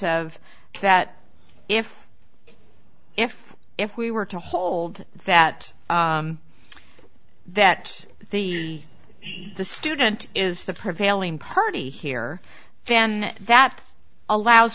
of that if if if we were to hold that that the the student is the prevailing party here and that allows